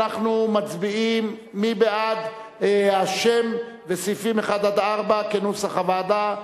מי בעד השם וסעיפים 1 4, כנוסח הוועדה,